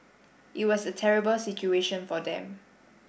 it was a terrible situation for them